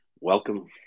Welcome